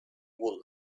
would